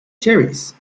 cherries